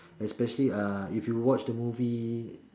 especially uh if you watch the movie